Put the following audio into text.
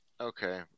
okay